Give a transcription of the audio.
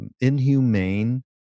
inhumane